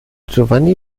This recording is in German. giovanni